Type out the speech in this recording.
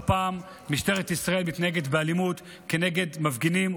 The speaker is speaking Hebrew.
פעם את משטרת ישראל מתנהגת באלימות כנגד מפגינים,